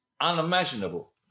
unimaginable